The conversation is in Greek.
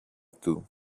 του